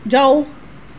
ਜਾਓ